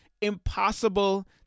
impossible